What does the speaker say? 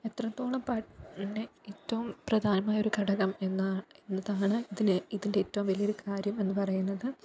എത്രത്തോളം പാട്ട് നെ ഏറ്റവും പ്രധാനമായൊരു ഘടകം എന്നാ എന്നതാണ് ഇതിനെ ഇതിൻ്റെ ഏറ്റവും വലിയൊരു കാര്യം എന്ന് പറയുന്നത്